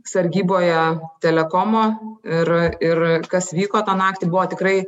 sargyboje telekomo ir ir kas vyko tą naktį buvo tikrai